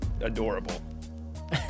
adorable